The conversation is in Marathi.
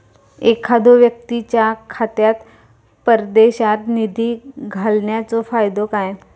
एखादो व्यक्तीच्या खात्यात परदेशात निधी घालन्याचो फायदो काय?